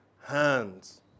hands